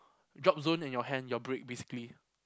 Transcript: drop zone in you're hand you're break basically